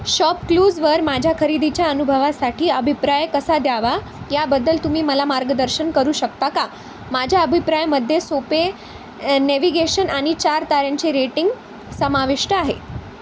शॉपक्लूजवर माझ्या खरेदीच्या अनुभवासाठी अभिप्राय कसा द्यावा याबद्दल तुम्ही मला मार्गदर्शन करू शकता का माझ्या अभिप्रायामध्ये सोपे नेव्हिगेशन आणि चार ताऱ्यांची रेटिंग समाविष्ट आहे